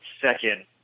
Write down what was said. second